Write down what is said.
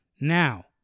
Now